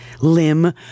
limb